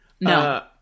No